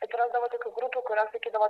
atrasdavo tokių grupių kurios sakydavo